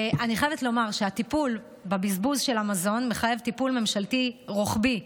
אני חייבת לומר שהטיפול בבזבוז של המזון מחייב טיפול ממשלתי רוחבי,